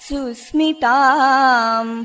Susmitam